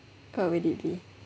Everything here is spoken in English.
what would it be